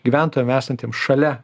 gyventojam esantiem šalia